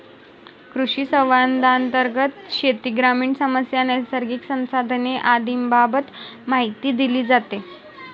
कृषिसंवादांतर्गत शेती, ग्रामीण समस्या, नैसर्गिक संसाधने आदींबाबत माहिती दिली जाते